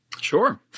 Sure